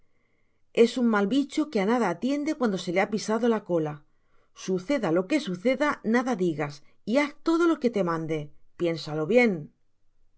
es un mal vicho que á nada atiende cuando se le h a pisado la cola suceda lo que suceda nada digas y haz todo lo que te mande piénsalo bien